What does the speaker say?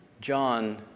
John